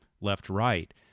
left-right